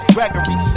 Gregory